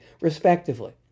respectively